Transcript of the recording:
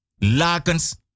lakens